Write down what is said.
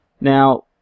Now